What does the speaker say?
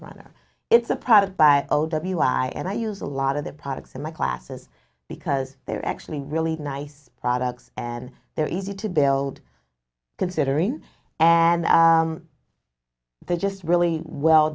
rather it's a product by o w i and i use a lot of their products in my classes because they're actually really nice products and they're easy to build considering and they're just really well